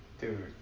Dude